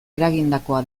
eragindakoa